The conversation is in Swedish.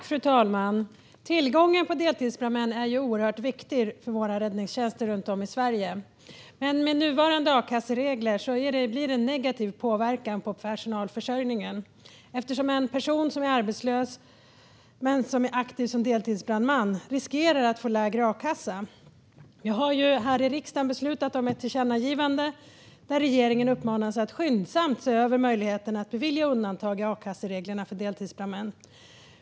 Fru talman! Tillgången på deltidsbrandmän är oerhört viktig för våra räddningstjänster runt om i Sverige, men med nuvarande a-kasseregler blir det en negativ påverkan på personalförsörjningen eftersom en person som är arbetslös men aktiv som deltidsbrandman riskerar att få lägre a-kassa. Vi har här i riksdagen beslutat om ett tillkännagivande där regeringen uppmanas att skyndsamt se över möjligheterna att bevilja undantag i akassereglerna för deltidsbrandmän.